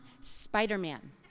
Spider-Man